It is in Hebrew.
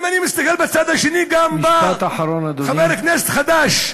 אם אני מסתכל בצד השני, גם בא חבר כנסת חדש,